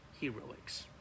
heroics